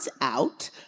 out